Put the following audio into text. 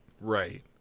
right